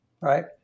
right